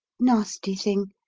nasty thing!